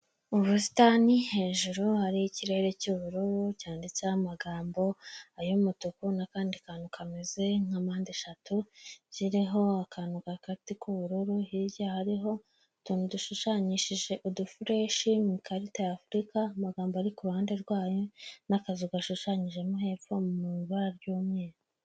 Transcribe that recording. Ubusitani hejuru hari ikirere cy'ubururu cyanditseho amagambo ay'umutuku n'akandi kantu kameze nka mpande eshatu ziriho akantu Kakati k'ubururu, hirya hariho utuntu dushushanyishijeho udufureshi mu ikarita ya afurika ,amagambo ari ku ruhande rwayo n'akazu gashushanyijemo hepfo mu ibara ry'umweru.